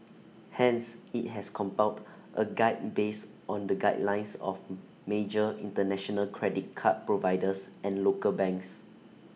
hence IT has compiled A guide based on the guidelines of major International credit card providers and local banks